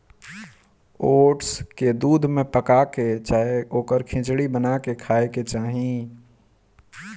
oats के दूध में पका के चाहे ओकर खिचड़ी बना के खाए के चाही